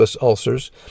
ulcers